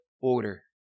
order